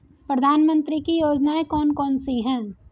प्रधानमंत्री की योजनाएं कौन कौन सी हैं?